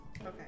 Okay